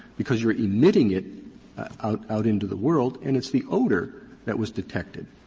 because you're emitting it out, out into the world, and it's the odor that was detected.